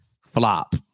Flop